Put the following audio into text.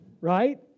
right